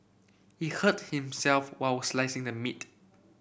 he hurt himself while slicing the meat